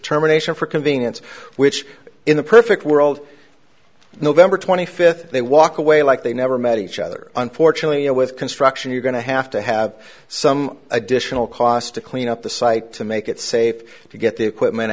terminator for convenience which in a perfect world november twenty fifth they walk away like they never met each other unfortunately you know with construction you're going to have to have some additional cost to clean up the site to make it safe to get the equipment